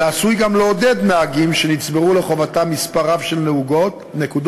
אלא עשוי גם לעודד נהגים שנצברו לחובתם מספר רב של נקודות